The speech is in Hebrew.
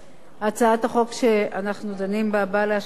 הצעת החוק שאנחנו דנים בה, באה להשוות